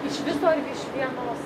iš viso ar tik iš vienos